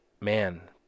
man